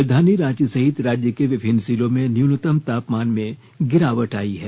राजधानी रांची सहित राज्य के विभिन्न जिलों में न्यूनतम तापमान में गिरावट आयी है